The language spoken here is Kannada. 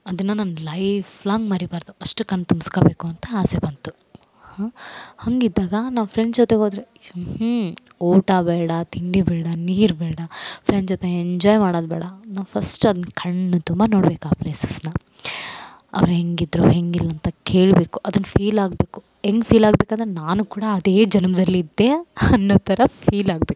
ಅದನ್ನು ನಾನು ಲೈಫ್ಲಾಂಗ್ ಮರಿಬಾರದು ಅಷ್ಟು ಕಣ್ಣು ತುಂಬಿಸ್ಕೊಬೇಕು ಅಂಥ ಆಸೆ ಬಂತು ಹಾ ಹಂಗಿದ್ದಾಗ ನಾವು ಫ್ರೆಂಡ್ ಜೊತೆಗೆ ಹೋದ್ರೆ ಹು ಹ್ಞೂ ಊಟ ಬೇಡ ತಿಂಡಿ ಬೇಡ ನೀರು ಬೇಡ ಫ್ರೆಂಡ್ ಜೊತೆ ಎಂಜಾಯ್ ಮಾಡೊದ್ ಬೇಡ ನಾವು ಫಸ್ಟ್ ಅದು ಕಣ್ಣು ತುಂಬ ನೋಡಬೇಕು ಆ ಪ್ಲೇಸಸ್ನ ಅವ್ರು ಹೆಂಗೆ ಇದ್ರು ಹೆಂಗೆ ಇಲ್ಲ ಅಂತ ಕೇಳಬೇಕು ಅದನ್ನು ಫೀಲ್ ಆಗಬೇಕು ಹೆಂಗ್ ಫೀಲ್ ಆಗ್ಬೇಕು ಅಂದರೆ ನಾನು ಕೂಡ ಅದೇ ಜನ್ಮುದಲ್ಲಿ ಇದ್ದೆ ಅನ್ನೊ ಥರ ಫೀಲ್ ಆಗಬೇಕು